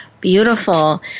beautiful